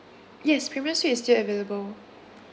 yes premium suite is still available